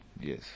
Yes